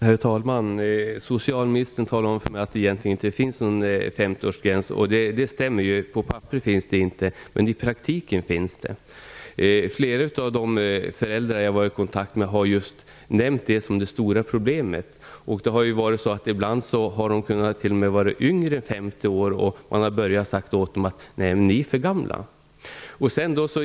Herr talman! Socialministern talade om för mig att det egentligen inte finns någon 50-årsgräns. Det stämmer. På papperet finns det ingen gräns, men i praktiken finns den en sådan. Flera av de föräldrar jag har varit i kontakt med har nämnt att det är det stora problemet. Ibland har de t.o.m. varit yngre än 50 år, och man har man ändå sagt åt dem att de är för gamla.